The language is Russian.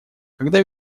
когда